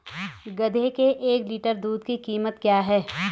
गधे के एक लीटर दूध की कीमत क्या है?